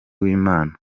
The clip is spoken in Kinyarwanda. w’imana